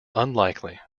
unlikely